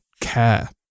care